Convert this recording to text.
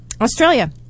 Australia